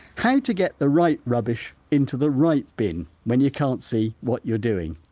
kind of to get the right rubbish into the right bin when you can't see what you're doing.